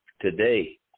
today